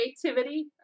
creativity